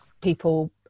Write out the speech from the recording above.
people